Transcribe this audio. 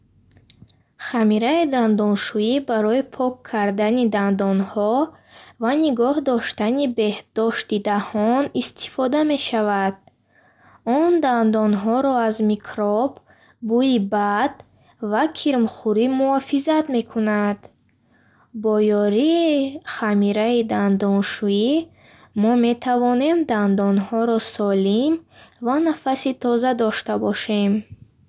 Хамираи дандоншӯӣ барои пок кардани дандонҳо ва нигоҳ доштани беҳдошти даҳон истифода мешавад. Он дандонҳоро аз микроб, бӯйи бад ва кирмхӯрӣ муҳофизат мекунад. Бо ёрии хамири дандоншӯӣ мо метавонем дандонҳои солим ва нафаси тоза дошта бошем.